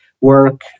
work